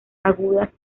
agudas